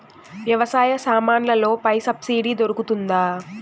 వ్యవసాయ సామాన్లలో పై సబ్సిడి దొరుకుతుందా?